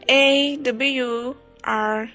awr